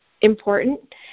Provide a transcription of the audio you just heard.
important